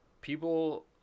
people